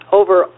over